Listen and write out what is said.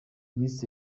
miss